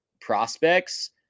prospects